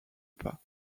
pas